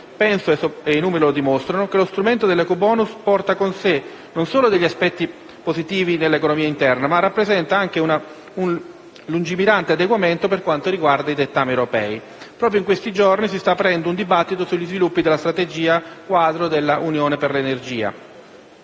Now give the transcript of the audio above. Penso - e i numeri lo dimostrano - che lo strumento dell'ecobonus non solo porta con sé gli aspetti positivi nella economia interna, ma rappresenta anche un lungimirante adeguamento per quanto riguarda i dettami europei. Proprio in questi giorni si sta aprendo un dibattito sugli sviluppi della strategia quadro per l'Unione dell'energia,